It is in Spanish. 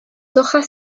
hojas